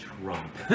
Trump